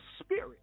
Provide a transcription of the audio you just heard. Spirit